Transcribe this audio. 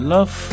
Love